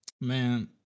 Man